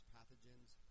Pathogens